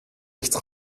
nichts